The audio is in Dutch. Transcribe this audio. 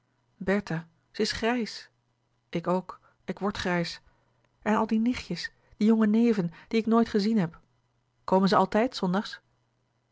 ze is grijs ik ook ik word grijs en al die louis couperus de boeken der kleine zielen nichtjes die jonge neven die ik nooit gezien heb komen ze altijd zondags